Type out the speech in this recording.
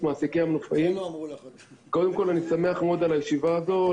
קודם כול אני שמח מאוד על הישיבה הזאת.